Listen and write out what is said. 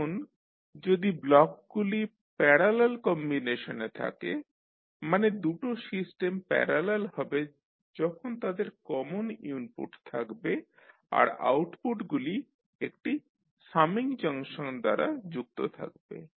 এখন যদি ব্লকগুলি প্যারালাল কম্বিনেশনে থাকে মানে দুটো সিস্টেম প্যারালাল হবে যখন তাদের কমন ইনপুট থাকবে আর অউটপুটগুলি একটি সামিং জাংশন দ্বারা যুক্ত থাকবে